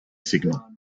signal